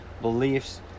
beliefs